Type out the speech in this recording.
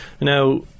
Now